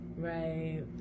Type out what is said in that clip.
Right